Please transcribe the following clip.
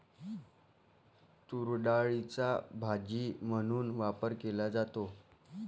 तूरडाळीचा भाजी म्हणून वापर केला जातो